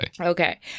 Okay